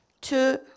two